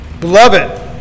Beloved